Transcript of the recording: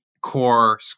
core